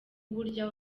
burya